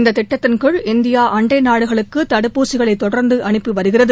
இந்த திட்டத்தின் கீழ இந்தியா அண்டை நாடுகளுக்கு தடுப்பூசிகளை தொடர்ந்து அனுப்பி வருகிறது